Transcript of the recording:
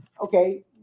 okay